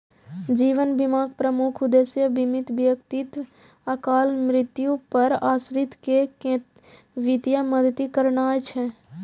जीवन बीमाक प्रमुख उद्देश्य बीमित व्यक्तिक अकाल मृत्यु पर आश्रित कें वित्तीय मदति करनाय छै